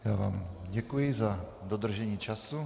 Já vám děkuji za dodržení času.